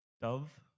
dove